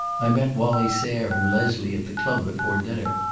i met wallie sayre and leslie at the club before dinner,